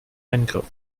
eingriff